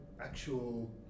actual